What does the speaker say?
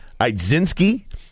Idzinski